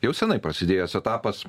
jau seniai prasidėjęs etapas